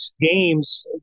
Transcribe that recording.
games